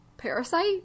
parasite